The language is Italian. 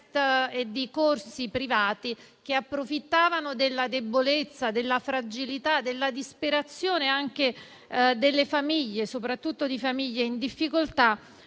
e di corsi privati che approfittavano della debolezza, della fragilità, anche della disperazione delle famiglie, soprattutto di famiglie in difficoltà,